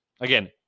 Again